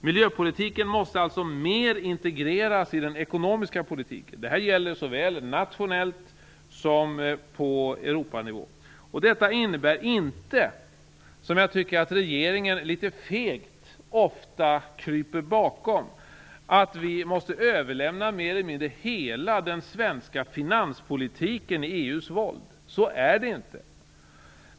Miljöpolitiken måste alltså mer integreras i den ekonomiska politiken. Detta gäller såväl nationellt som på Europanivå. Detta innebär inte, något som jag tycker att regeringen ofta litet fegt kryper bakom, att vi måste överlämna mer eller mindre hela den svenska finanspolitiken i EU:s våld. Så är det inte.